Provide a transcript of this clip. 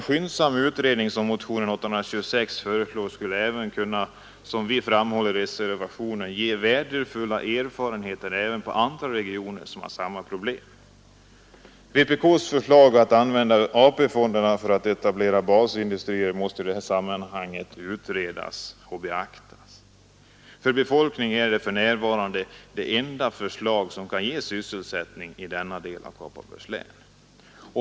skulle detta — såsom framhålls i reservationen 1 ge värdefulla erfarenheter som kan tillämpas även på andra regioner med samma problem. Vpkss försl strier måste ju i detta sammanhang utredas och beaktas. För befolk ag om att använda AP-fonderna för att etablera basindu ningen är detta för närvarande det enda förslag som kan ge i denna del av Kopparbergs län.